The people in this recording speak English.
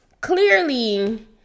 Clearly